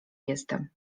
jestem